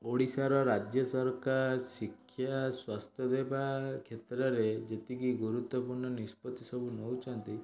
ଓଡ଼ିଶାର ରାଜ୍ୟ ସରକାର ଶିକ୍ଷା ସ୍ଵାସ୍ଥ୍ୟସେବା କ୍ଷେତ୍ରରେ ଯେତିକି ଗୁରୁତ୍ୱପୂର୍ଣ୍ଣ ନିଷ୍ପତ୍ତି ସବୁ ନେଉଛନ୍ତି